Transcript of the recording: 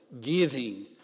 giving